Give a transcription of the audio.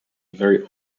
very